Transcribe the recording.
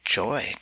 joy